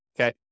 Okay